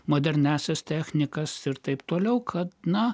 moderniąsias technikas ir taip toliau kad na